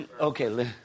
okay